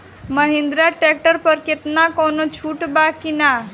Mahindra tractor पर केतना कौनो छूट बा कि ना?